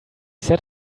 sat